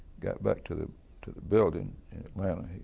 got back to the to the building in atlanta.